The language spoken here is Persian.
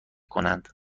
کنند